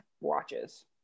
watches